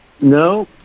no